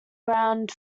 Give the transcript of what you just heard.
ground